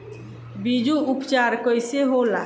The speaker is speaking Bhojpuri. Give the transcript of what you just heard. बीजो उपचार कईसे होला?